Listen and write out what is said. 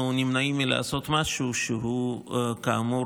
אנחנו נמנעים מלעשות משהו שהוא כאמור